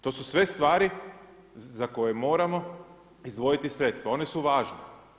To su sve stvari za koje moramo izdvojiti sredstva, one su važne.